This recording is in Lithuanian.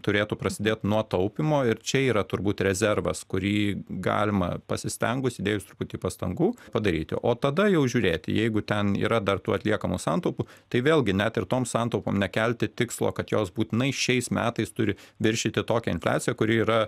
turėtų prasidėt nuo taupymo ir čia yra turbūt rezervas kurį galima pasistengus įdėjus truputį pastangų padaryti o tada jau žiūrėti jeigu ten yra dar tų atliekamų santaupų tai vėlgi net ir toms santaupom nekelti tikslo kad jos būtinai šiais metais turi viršyti tokią infliaciją kuri yra